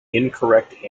incorrect